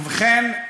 ובכן,